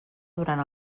durant